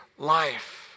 Life